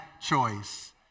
choice